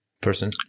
person